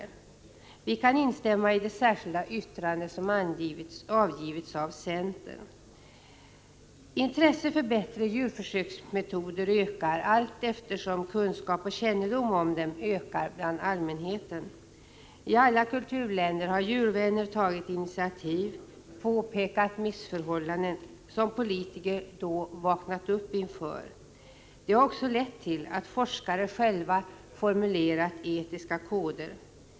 Vi kan på denna punkt instämma i det särskilda yttrande som avgivits av centern. Intresset för bättre djurförsöksmetoder ökar allteftersom kunskap och kännedom om dem ökar bland allmänheten. I alla kulturländer har djurvänner tagit initiativ, påpekat missförhållanden som politiker då vaknat upp inför. Det har också lett till att forskare själva formulerat etiska koder.